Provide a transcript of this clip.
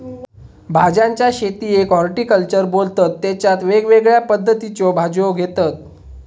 भाज्यांच्या शेतीयेक हॉर्टिकल्चर बोलतत तेच्यात वेगवेगळ्या पद्धतीच्यो भाज्यो घेतत